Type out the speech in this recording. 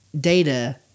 data